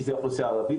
שזה האוכלוסייה הערבית,